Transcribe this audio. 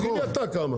תגיד לי אתה כמה.